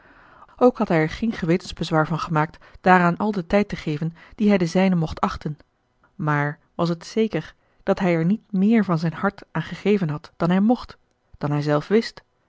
ook had hij er geen gewetensbezwaar van gemaakt daaraan al den tijd te geven dien hij den zijnen mocht achten maar was het zeker dat hij er niet meer van zijn hart aan gegeven had dan hij mocht dan hij zelf wist